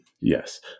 Yes